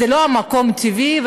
זה לא המקום הטבעי,